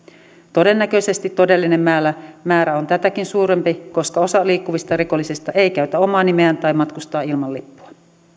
todennäköisesti todellinen määrä on tätäkin suurempi koska osa liikkuvista rikollisista ei käytä omaa nimeään tai matkustaa ilman lippua